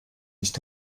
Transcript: nicht